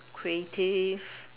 creative